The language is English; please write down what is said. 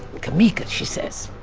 kameeka, she says.